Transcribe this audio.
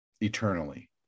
eternally